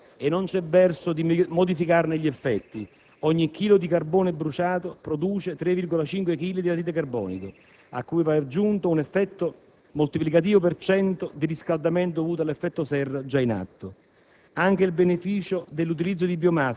Si tratta di una semplice reazione chimica e non c'è verso di modificarne gli effetti: ogni chilo di carbone bruciato produce 3,5 chili di anidride carbonica a cui va aggiunto un effetto moltiplicativo per 100 di riscaldamento dovuto all'effetto serra già in atto.